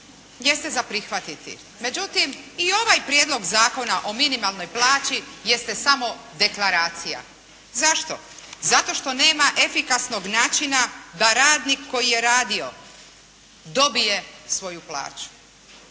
jeste za prihvatiti. Međutim, i ovaj Prijedlog zakona o minimalnoj plaći jeste samo deklaracija. Zašto? Zato što nema efikasnog načina da radnik koji je radio dobije svoju plaću.